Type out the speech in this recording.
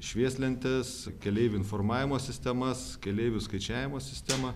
švieslentes keleivių informavimo sistemas keleivių skaičiavimo sistemą